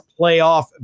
playoff